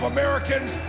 Americans